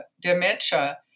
dementia